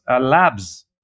Labs